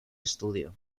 estudio